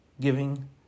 giving